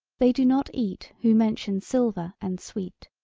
they do not eat who mention silver and sweet.